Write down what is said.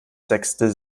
sechstel